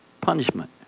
punishment